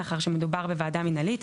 מאחר שמדובר בוועדה מנהלית.